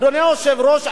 אדוני היושב-ראש,